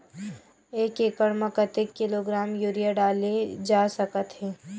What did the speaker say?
एक एकड़ म कतेक किलोग्राम यूरिया डाले जा सकत हे?